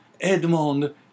Edmond